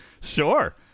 Sure